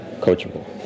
coachable